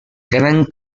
grand